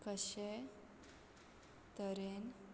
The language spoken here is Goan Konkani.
कशें तरेन